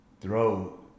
throw